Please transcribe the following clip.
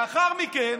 לאחר מכן,